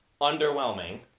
underwhelming